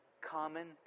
common